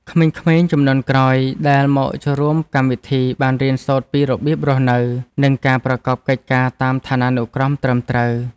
ក្មេងៗជំនាន់ក្រោយដែលមកចូលរួមកម្មវិធី បានរៀនសូត្រពីរបៀបរស់នៅ និងការប្រកបកិច្ចការតាមឋានានុក្រមត្រឹមត្រូវ។